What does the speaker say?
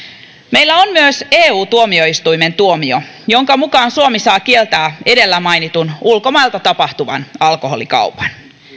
meillä on myös eu tuomioistuimen tuomio jonka mukaan suomi saa kieltää edellä mainitun ulkomailta tapahtuvan alkoholikaupan